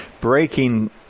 breaking